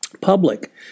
public